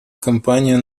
кампанию